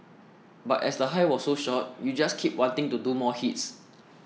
but as the high was so short you just keep wanting to do more hits